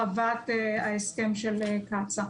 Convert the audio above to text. להרחבת ההסכם של קצא"א.